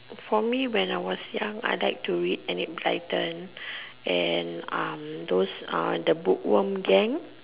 for me when I was young I like to read enid blyton and um those uh the book worm gang